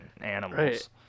animals